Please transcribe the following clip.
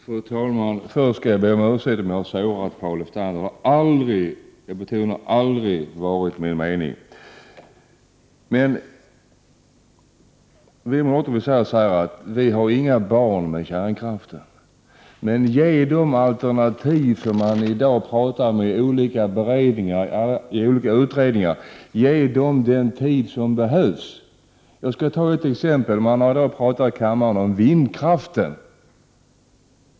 Fru talman! Först vill jag be om överseende om jag har sårat Paul Lestander. Det har aldrig, jag betonar aldrig, varit min mening. Vi måste väl säga oss att vi har inga barn med kärnkraften. Men ge de alternativ som man i dag pratar om i olika utredningar den tid som behövs. Jag skall ta ett exempel. Man har här i kammaren pratat om vindkraften.